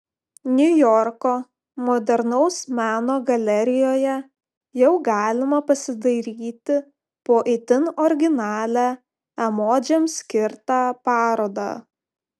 niujorko modernaus meno galerijoje jau galima pasidairyti po itin originalią emodžiams skirtą parodą